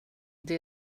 det